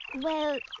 well,